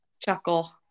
chuckle